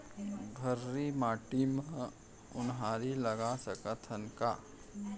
भर्री माटी म उनहारी लगा सकथन का?